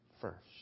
first